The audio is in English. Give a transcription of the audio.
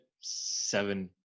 seven